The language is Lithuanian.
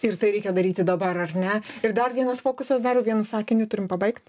ir tai reikia daryti dabar ar ne ir dar vienas fokusas dariau vienu sakiniu turim pabaigt